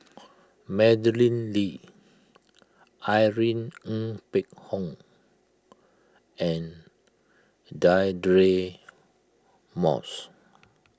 Madeleine Lee Irene Ng Phek Hoong and Deirdre Moss